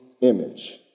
image